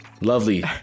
Lovely